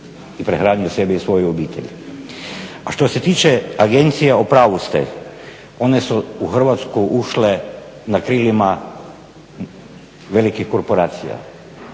i prehranio sebe i svoju obitelj. A što se tiče agencija, u pravu ste. One su u Hrvatsku ušle na krilima velikih korporacija.